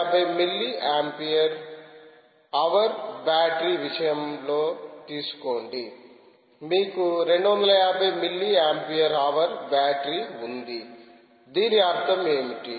250 milliampere hour battery విషయంలో తీసుకోండి మీకు 250 మిల్లీ ఆంపియర్ హవర్ బ్యాటరీ ఉంది దీని అర్థం ఏమిటి